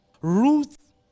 Ruth